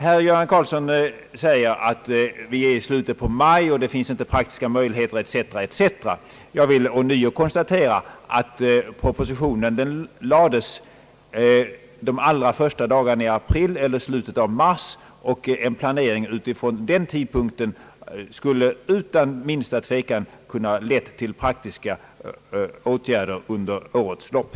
Herr Göran Karlsson säger att vi är i slutet på maj och det inte finns praktiska möjligheter etc., etc. Jag vill ånyo slå fast att propositionen lades fram de allra första dagarna i april eller slutet av mars. En planering redan vid den tidpunkten skulle utan minsta tvivel ha kunnat leda till praktiska åtgärder under årets lopp.